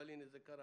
אבל הנה זה קרה.